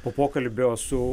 po pokalbio su